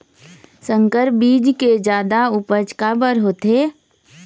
संकर बीज के जादा उपज काबर होथे?